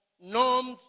norms